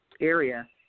area